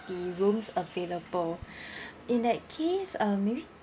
the rooms available in that case uh maybe